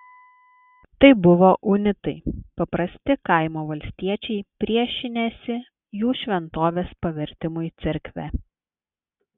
tai buvo unitai paprasti kaimo valstiečiai priešinęsi jų šventovės pavertimui cerkve